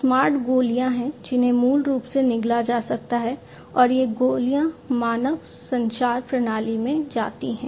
smart गोलियां हैं जिन्हें मूल रूप से निगला जा सकता है और ये गोलियां मानव संचार प्रणाली में जाती हैं